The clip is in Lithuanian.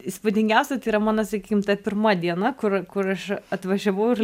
įspūdingiausia tai yra mano sakykim ta pirma diena kur kur aš atvažiavau ir